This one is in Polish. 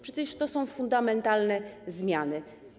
Przecież to są fundamentalne zmiany.